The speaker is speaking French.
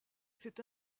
cet